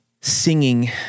Singing